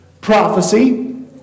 prophecy